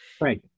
right